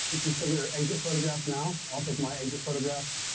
she's taking her exit photographs now. i'll take my exit photographs,